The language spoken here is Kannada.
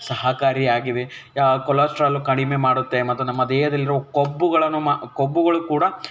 ಸಹಕಾರಿಯಾಗಿವೆ ಕೊಲೆಸ್ಟ್ರಾಲು ಕಡಿಮೆ ಮಾಡುತ್ತೆ ಮತ್ತು ನಮ್ಮ ದೇಹದಲ್ಲಿರುವ ಕೊಬ್ಬುಗಳನ್ನು ಮ ಕೊಬ್ಬುಗಳು ಕೂಡ